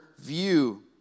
view